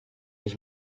ich